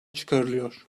çıkarılıyor